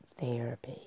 therapy